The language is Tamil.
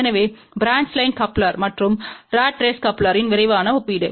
எனவே பிரான்ச் லைன் கப்ளர் மற்றும் ராட் ரேஸ் கப்ளரின் விரைவான ஒப்பீடு